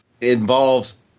involves